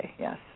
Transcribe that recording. Yes